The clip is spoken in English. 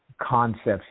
concepts